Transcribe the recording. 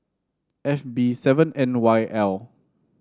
F B seven N Y L